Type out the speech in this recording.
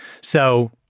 So-